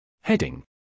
Heading